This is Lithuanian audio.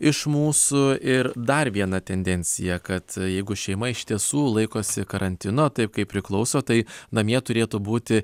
iš mūsų ir dar viena tendencija kad jeigu šeima iš tiesų laikosi karantino taip kaip priklauso tai namie turėtų būti